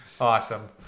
Awesome